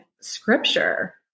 scripture